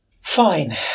Fine